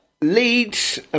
Leeds